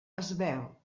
esvelt